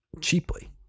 cheaply